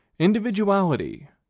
individuality,